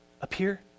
appear